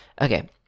Okay